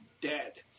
dead